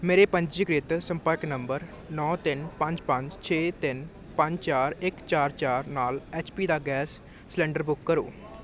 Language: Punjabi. ਮੇਰੇ ਪੰਜੀਕ੍ਰਿਤ ਸੰਪਰਕ ਨੰਬਰ ਨੌਂ ਤਿੰਨ ਪੰਜ ਪੰਜ ਛੇ ਤਿੰਨ ਪੰਜ ਚਾਰ ਇੱਕ ਚਾਰ ਚਾਰ ਨਾਲ ਐੱਚ ਪੀ ਦਾ ਗੈਸ ਸਿਲੰਡਰ ਬੁੱਕ ਕਰੋ